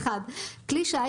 כלי שיט